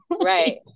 right